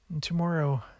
Tomorrow